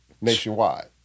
nationwide